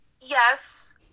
yes